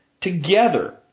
together